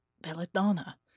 Belladonna